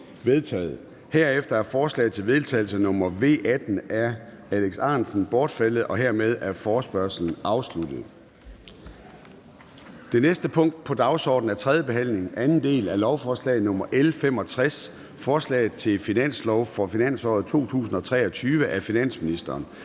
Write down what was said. Herefter er forslag til vedtagelse nr. V 18 af Alex Ahrendtsen (DF) bortfaldet. Hermed er forespørgslen afsluttet. --- Det næste punkt på dagsordenen er: 3) 3. behandling, 2. del, af lovforslag nr. L 65: Forslag til finanslov for finansåret 2023. Af finansministeren